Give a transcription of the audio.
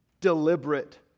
deliberate